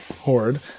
horde